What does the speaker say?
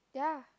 ya